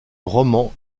roman